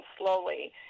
slowly